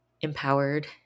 empowered